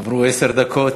עברו עשר דקות,